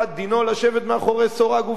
לשבת מאחורי סורג ובריח.